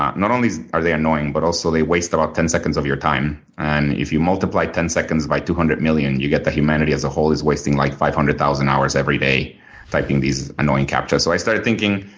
not not only are they annoying but also they waste about ten seconds of your time, and if you multiply ten seconds by two hundred million, you get that humanity as a whole is wasting like five hundred thousand hours every day typing these annoying captchas. so i started thinking,